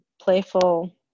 playful